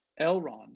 Elrond